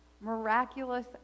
miraculous